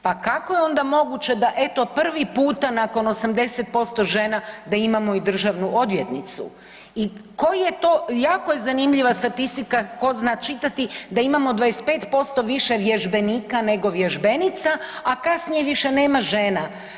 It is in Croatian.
Pa kako je onda moguće da eto prvi puta nakon 80% žena da imamo i državnu odvjetnicu i koji je to, jako je zanimljiva statistika tko zna čitati da imamo 25% više vježbenika nego vježbenica, a kasnije više nema žena.